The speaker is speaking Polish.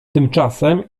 tymczasem